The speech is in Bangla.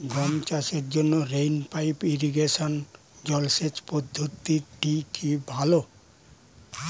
গম চাষের জন্য রেইন পাইপ ইরিগেশন জলসেচ পদ্ধতিটি কি ভালো?